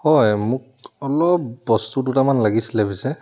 হয় মোক অলপ বস্তু দুটামান লাগিছিলে পিছে